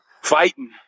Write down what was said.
fighting